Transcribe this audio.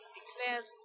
declares